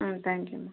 ஆதேங்க்யூம்மா